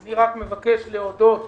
אני רק מבקש להודות